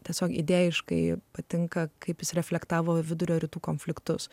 tiesiog idėjiškai patinka kaip jis reflektavo vidurio rytų konfliktus